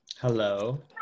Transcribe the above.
Hello